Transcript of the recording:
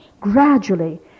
gradually